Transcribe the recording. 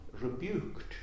rebuked